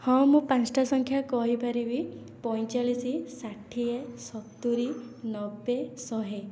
ହଁ ମୁଁ ପାଞ୍ଚଟା ସଂଖ୍ୟା କହିପାରିବି ପଇଁଚାଳିଶ ଷାଠିଏ ସତୁରି ନବେ ସହେ